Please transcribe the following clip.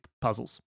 puzzles